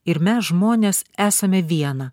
ir mes žmonės esame viena